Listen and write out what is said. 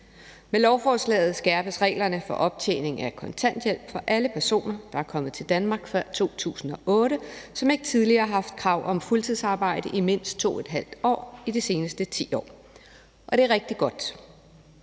Med lovforslaget skærpes reglerne for optjening af kontanthjælp for alle personer, der er kommet til Danmark før 2008, og som ikke tidligere har haft krav om fuldtidsarbejde i mindst 2½ år i de seneste 10 år, og det er rigtig godt.